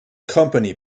company